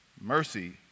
Mercy